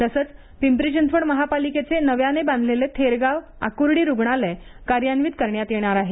तसंच पिंपरी चिंचवड महापालिकेचे नव्याने बांधलेले थेरगाव आकुर्डी रुग्णालय कार्यान्वित करणार आहे